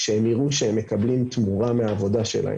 כשהם יראו שהם מקבלים תמורה מהעבודה שלהם.